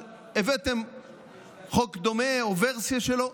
אבל הבאתם חוק דומה או ורסיה שלו,